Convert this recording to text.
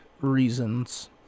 reasons